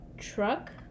truck